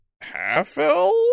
Half-elf